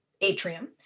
atrium